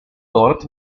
dort